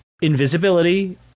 Invisibility